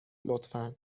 لطفا